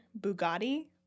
Bugatti